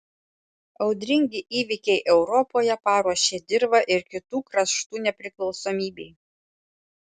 audringi įvykiai europoje paruošė dirvą ir kitų kraštų nepriklausomybei